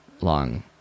long